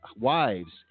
wives